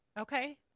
Okay